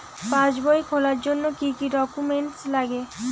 পাসবই খোলার জন্য কি কি ডকুমেন্টস লাগে?